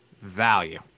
Value